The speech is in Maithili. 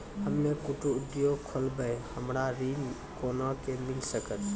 हम्मे कुटीर उद्योग खोलबै हमरा ऋण कोना के मिल सकत?